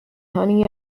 honey